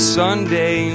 sunday